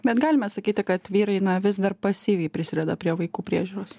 bet galime sakyti kad vyrai na vis dar pasyviai prisideda prie vaikų priežiūros